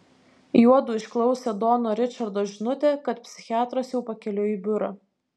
juodu išklausė dono ričardo žinutę kad psichiatras jau pakeliui į biurą